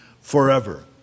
forever